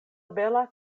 bela